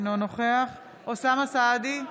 אינו נוכח אוסאמה סעדי,